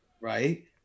Right